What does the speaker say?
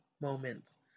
moments